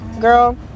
girl